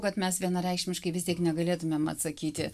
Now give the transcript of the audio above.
kad mes vienareikšmiškai vis tiek negalėtumėm atsakyti